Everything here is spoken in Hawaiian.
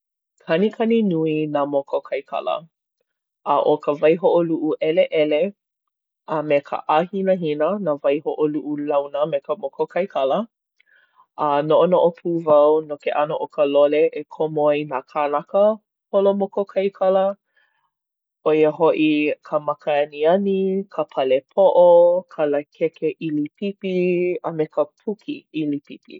Kanikani nui nā mokokaikala. A, ʻo ka waihoʻoluʻu ʻeleʻele a me ka ʻāhinahina nā waihoʻoluʻu launa me ka mokokaikala. A noʻonoʻo pū wau no ke ʻano o ka lole e komo ai nā kānaka holo mokokaikala. ʻO ia hoʻi ka maka aniani, ka pale poʻo, ka lakeke ʻili pipi, a me ka puki ʻili pipi.